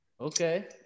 okay